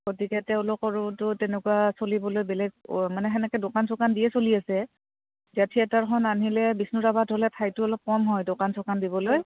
গতিকে তেওঁলোকতো তেনেকুৱা চলিবলৈ বেলেগ মানে সেনেকে দোকান চোকান দিয়ে চলি আছে এতিয়া থিয়েটাৰখন আনিলে বিষ্ণুৰাভাত হ'লে ঠাইতটো অলপ কম হয় দোকান চোকান দিবলৈ